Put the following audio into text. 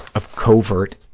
of covert